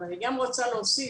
אני גם רוצה להוסיף.